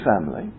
family